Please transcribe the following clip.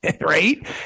Right